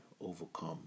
overcome